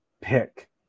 pick